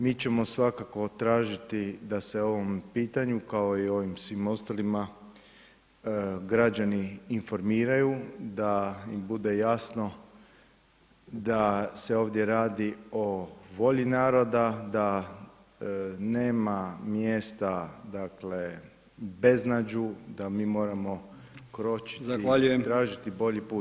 Mi ćemo svakako tražiti da se ovom pitanju, kao i o ovim svim ostalima, građani informiraju, da im bude jasno da se ovdje radi o volji naroda, da nema mjesta, dakle beznađu, da mi moramo kročiti i tražiti bolji put.